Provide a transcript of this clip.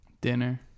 Dinner